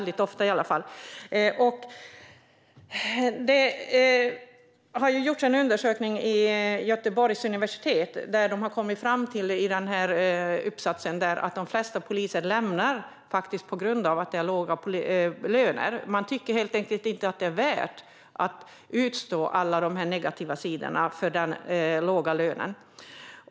Det har gjorts en undersökning vid Göteborgs universitet där man i en uppsats har kommit fram till att de flesta poliser lämnar yrket på grund av att lönerna är så låga. De tycker helt enkelt inte att det är värt att utstå alla dessa negativa sidor för den låga lönen.